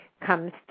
comes